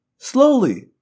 Slowly